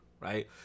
right